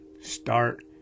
start